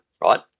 right